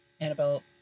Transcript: Annabelle